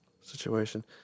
situation